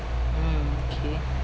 mm K